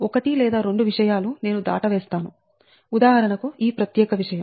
1 లేదా 2 విషయాలు నేను దాట వేస్తాను ఉదాహరణకు ఈ ప్రత్యేక విషయం